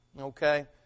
okay